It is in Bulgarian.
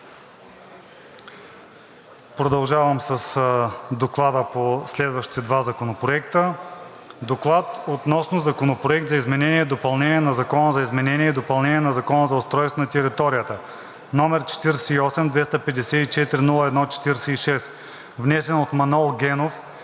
Продължавам с Доклада за следващите два законопроекта: „ДОКЛАД относно Законопроект за изменение и допълнение на Закона за изменение и допълнение на Закона за устройство на територията, № 48-254-01-46, внесен от Манол Генов